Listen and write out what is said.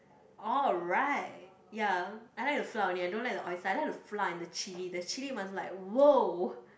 alright ya I like the flour only I don't like the oyster I like the flour and the chilli the chilli must like !wow!